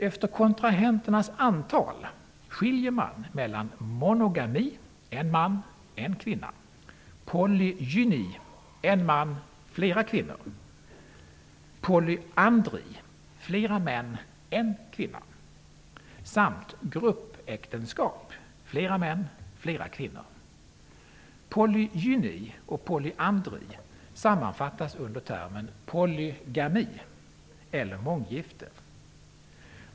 Efter kontrahenternas antal skiljer man mellan monogami , polygyni , polyandri Polygyni och polyandri sammanfattas under termen polygami el. månggifte.